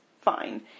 fine